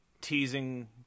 teasing